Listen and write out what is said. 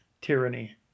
tyranny